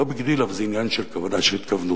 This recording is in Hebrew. לא ביג דיל, אבל זה עניין של כוונה, של התכוונות.